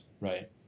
right